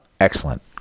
excellent